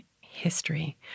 history